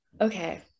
Okay